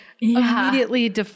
immediately